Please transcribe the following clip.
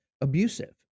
abusive